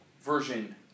version